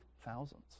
thousands